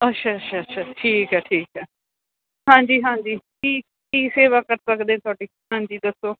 ਅੱਛਾ ਅੱਛਾ ਅੱਛਾ ਠੀਕ ਹੈ ਠੀਕ ਹੈ ਹਾਂਜੀ ਹਾਂਜੀ ਕੀ ਕੀ ਸੇਵਾ ਕਰ ਸਕਦੇ ਤੁਹਾਡੀ ਹਾਂਜੀ ਦੱਸੋ